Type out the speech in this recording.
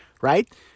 right